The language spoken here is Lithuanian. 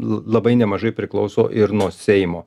labai nemažai priklauso ir nuo seimo